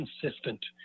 consistent